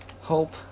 Hope